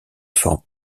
forme